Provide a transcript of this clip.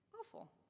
awful